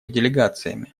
делегациями